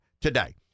today